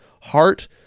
heart